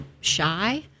shy